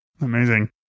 Amazing